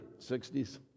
60s